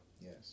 yes